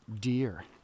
deer